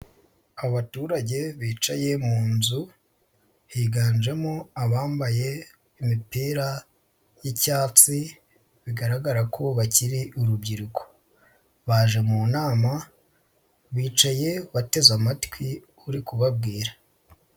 Abaturage bicaye mu nzu, higanjemo abambaye imipira y'icyatsi, bigaragara ko bakiri urubyiruko. Baje mu nama, bicaye bateze amatwi uri kubabwira.